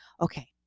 Okay